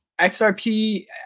XRP